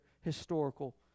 historical